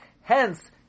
Hence